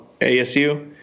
ASU